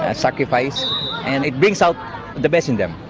ah sacrifice and it brings out the best in them.